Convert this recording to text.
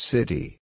City